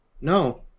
No